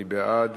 מי בעד?